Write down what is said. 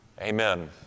Amen